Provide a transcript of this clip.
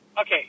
Okay